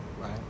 right